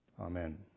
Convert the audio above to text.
Amen